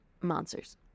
monsters